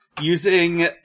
using